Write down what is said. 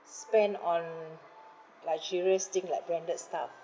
spend on luxurious thing like branded stuff